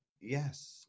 Yes